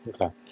Okay